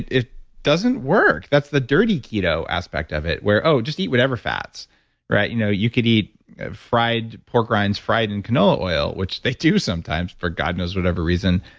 it it doesn't work that's the dirty keto aspect of it where, oh, just eat whatever fats you know you could eat fried pork rinds fried in canola oil which they do sometimes for god knows whatever reason,